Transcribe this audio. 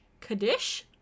Kaddish